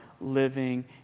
living